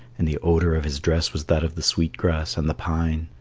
and the odour of his dress was that of the sweet-grass and the pine.